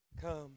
Come